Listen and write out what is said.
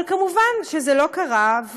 אבל מובן שזה לא קרה,